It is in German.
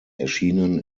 erschienen